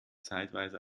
zeitweise